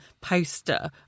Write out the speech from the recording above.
poster